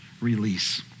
release